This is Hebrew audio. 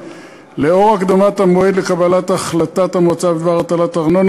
3. לאור הקדמת מועד קבלת החלטת המועצה בדבר הטלת ארנונה